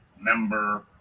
member